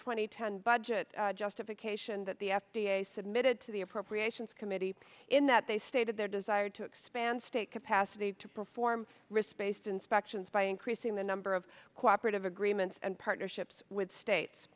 and ten budget justification that the f d a submitted to the appropriations committee in that they stated their desire to expand state capacity to perform risk based inspections by increasing the number of cooperative agreements and partnerships with states